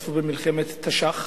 שהשתתפו במלחמת תש"ח.